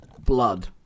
blood